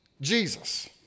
Jesus